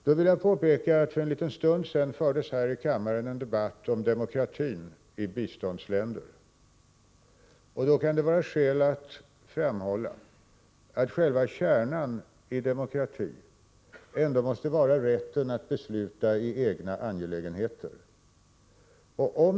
Jag vill i det här sammanhanget påpeka att det här i kammaren för en liten stund sedan fördes en debatt om demokratin i biståndsländer. Det kan vara skäl att framhålla att själva kärnan i begreppet demokrati måste vara rätten att besluta i egna angelägenheter.